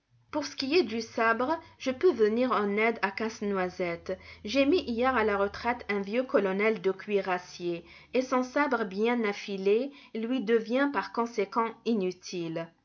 pour ce qui est du sabre je peux venir en aide à casse-noisette j'ai mis hier à la retraite un vieux colonel de cuirassiers et son sabre bien affilé lui devient par conséquent inutile